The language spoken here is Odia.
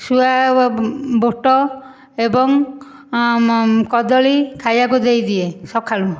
ଶୁଆ ବୁଟ ଏବଂ କଦଳୀ ଖାଇବାକୁ ଦେଇଦିଏ ସକାଳୁ